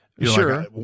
Sure